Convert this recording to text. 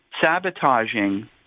sabotaging